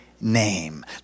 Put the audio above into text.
name